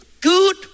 good